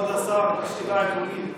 כבוד השר, שאלה עקרונית.